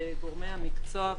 גורמי המקצוע,